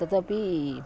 तदपि